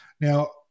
Now